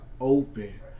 open